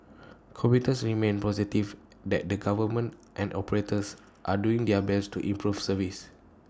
commuters remained positive that the government and operators are doing their best to improve service